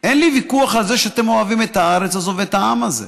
אין לי ויכוח על זה שאתם אוהבים את הארץ הזאת ואת העם הזה,